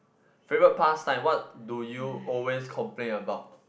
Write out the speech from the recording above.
favourite pastime what do you always complain about